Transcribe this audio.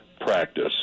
practice